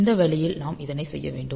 இந்த வழியில் நாம் இதனை செய்ய வேண்டும்